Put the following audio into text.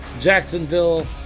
Jacksonville